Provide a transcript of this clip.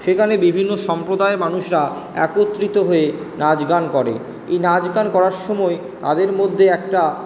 সেখানে বিভিন্ন সম্প্রদায়ের মানুষরা একত্রিত হয়ে নাচ গান করে এই নাচ গান করার সময় তাদের মধ্যে একটা